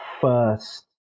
first